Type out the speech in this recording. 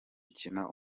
ukina